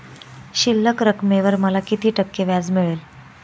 शिल्लक रकमेवर मला किती टक्के व्याज मिळेल?